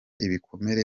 ibikomere